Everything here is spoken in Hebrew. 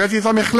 הבאתי את המחלף.